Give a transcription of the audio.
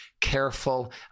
careful